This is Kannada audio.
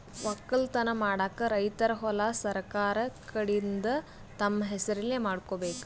ವಕ್ಕಲತನ್ ಮಾಡಕ್ಕ್ ರೈತರ್ ಹೊಲಾ ಸರಕಾರ್ ಕಡೀನ್ದ್ ತಮ್ಮ್ ಹೆಸರಲೇ ಮಾಡ್ಕೋಬೇಕ್